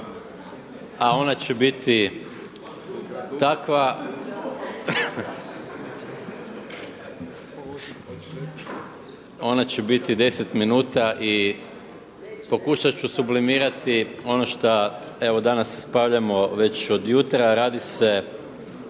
ona će biti 10 minuta i pokušat ću sublimirati ono šta evo danas raspravljamo već od jutra, a radi se